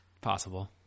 possible